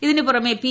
ഇതിനുപുറമെ പി